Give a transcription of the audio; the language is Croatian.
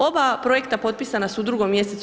Oba projekta potpisana su u 2. mj.